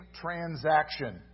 transaction